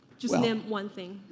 just name one thing.